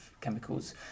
chemicals